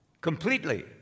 completely